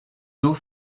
d’eau